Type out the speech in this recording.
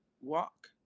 walk